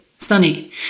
Sunny